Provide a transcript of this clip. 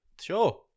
Sure